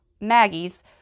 Maggie's